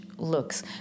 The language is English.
Looks